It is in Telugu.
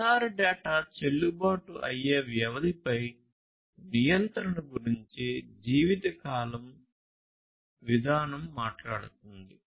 ప్రసార డేటా చెల్లుబాటు అయ్యే వ్యవధిపై నియంత్రణ గురించి జీవితకాలం విధానం మాట్లాడుతుంది